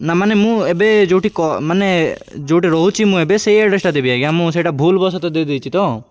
ନା ମାନେ ମୁଁ ଏବେ ଯେଉଁଠି ମାନେ ଯେଉଁଠି ରହୁଛି ମୁଁ ଏବେ ସେଇ ଆଡ଼୍ରେସ୍ଟା ଦେବି ଆଜ୍ଞା ମୁଁ ସେଇଟା ଭୁଲ ବସତଃ ଦେଇ ଦେଇଛି ତ